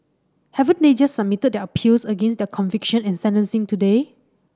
haven't they just submitted their appeals against their conviction and sentencing today